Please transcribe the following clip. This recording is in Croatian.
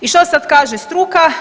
I što sad kaže struka?